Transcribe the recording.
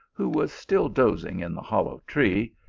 who was still dozing in the hollow tree,